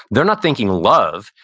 they're not thinking love.